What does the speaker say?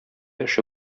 эше